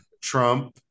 Trump